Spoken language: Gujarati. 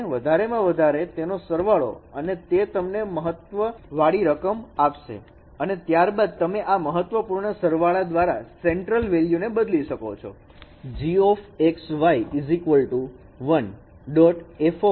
તમે વધારેમાં વધારે તેનો સરવાળો અને તે તમને મહત્વ વાળી રકમ આપશે અને ત્યારબાદ તમે આ મહત્વપૂર્ણ સરવાળા દ્વારા સેન્ટ્રલ વેલ્યુ ને બદલી શકો છો gx y 1